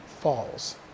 falls